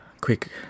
quick